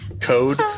Code